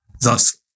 Thus